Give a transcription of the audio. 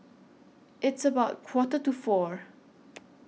its about Quarter to four